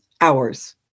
hours